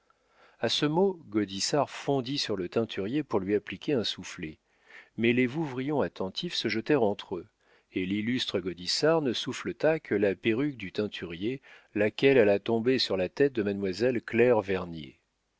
a ce mot gaudissart fondit sur le teinturier pour lui appliquer un soufflet mais les vouvrillons attentifs se jetèrent entre eux et l'illustre gaudissart ne souffleta que la perruque du teinturier laquelle alla tomber sur la tête de mademoiselle claire